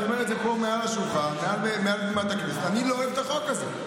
אני אומר את זה פה מעל בימת הכנסת: אני לא אוהב את החוק הזה.